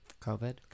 COVID